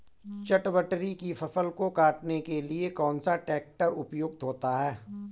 चटवटरी की फसल को काटने के लिए कौन सा ट्रैक्टर उपयुक्त होता है?